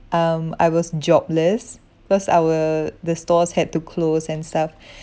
um I was jobless cause our the stalls had to close and stuff